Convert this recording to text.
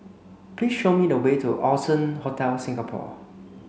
please show me the way to Allson Hotel Singapore